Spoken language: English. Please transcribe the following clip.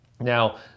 Now